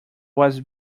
was